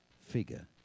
figure